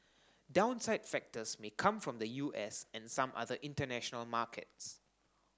downside factors may come from the U S and some other international markets